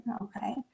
okay